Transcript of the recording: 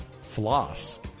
floss